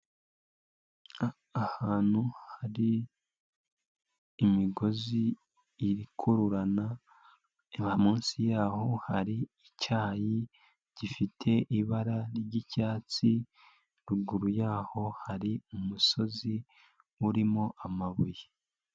Ahantu hari imigozi irikururana reba munsi yaho hari icyayi gifite ibara ry'icyatsi, ruguru yaho hari umusozi urimo amabuye.